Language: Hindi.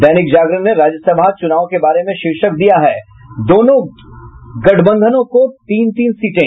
दैनिक जागरण ने राज्यसभा चुनाव के बारे में शीर्षक दिया है दोनों गठबंधनों को तीन तीन सीटें